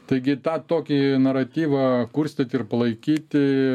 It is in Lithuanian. taigi tą tokį naratyvą kurstyti ir palaikyti